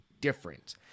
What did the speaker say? different